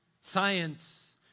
Science